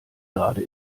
gerade